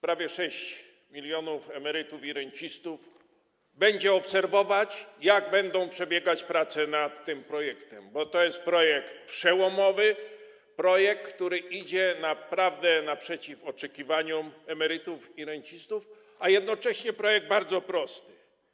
Prawie 6 mln emerytów i rencistów będzie obserwować, jak będą przebiegać prace nad tym projektem, ponieważ to jest projekt przełomowy, projekt, który naprawdę wychodzi naprzeciw oczekiwaniom emerytów i rencistów, a jednocześnie jest bardzo prosty.